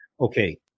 Okay